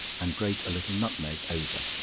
and grate a little nutmeg over.